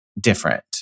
different